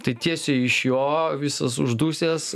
tai tiesiai iš jo visas uždusęs